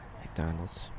McDonald's